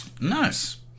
Nice